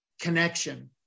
connection